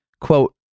quote